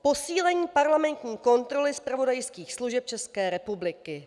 Posílení parlamentní kontroly zpravodajských služeb České republiky.